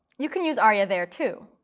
you can use aria there too.